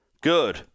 Good